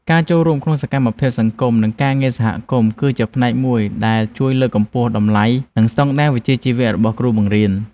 ការចូលរួមក្នុងសកម្មភាពសង្គមនិងការងារសហគមន៍គឺជាផ្នែកមួយដែលជួយលើកកម្ពស់តម្លៃនិងស្តង់ដារវិជ្ជាជីវៈរបស់គ្រូបង្រៀន។